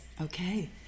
Okay